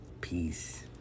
Peace